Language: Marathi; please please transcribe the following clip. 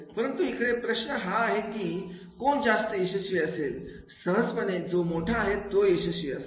परंतु इकडे प्रश्न हा आहे की कोण जास्त यशस्वी असेल सहजपणे जो मोठा आहे तो यशस्वी होईल